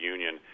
Union